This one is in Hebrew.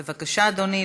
בבקשה, אדוני.